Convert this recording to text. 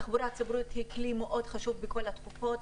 תחבורה ציבורית היא כלי מאוד חשוב בכל התקופות